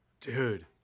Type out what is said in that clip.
Dude